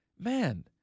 man